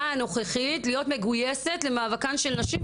הנוכחית להיות מגויסת למאבקן של נשים,